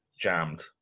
jammed